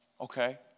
okay